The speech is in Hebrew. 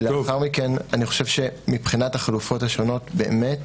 לאחר מכן אני חושב שמבחינת החלופות השונות, באמת